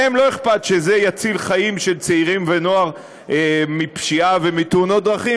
להם לא אכפת שזה יציל חיים של צעירים ונוער מפשיעה ומתאונות דרכים,